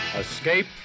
Escape